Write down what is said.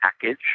package